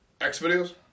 X-Videos